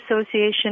Association